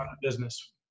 business